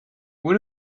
would